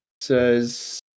says